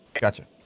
Gotcha